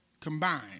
combined